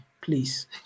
please